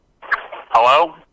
Hello